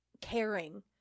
caring